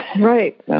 Right